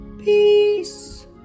Peace